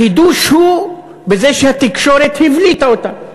החידוש הוא בזה שהתקשורת הבליטה אותן,